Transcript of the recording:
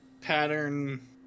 Pattern